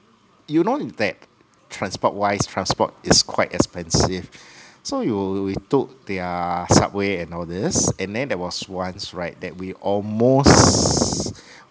you know that transport wise transport is quite expensive so you we took their subway and all these and then there was once right that we almost